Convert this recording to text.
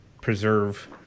preserve